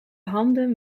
handen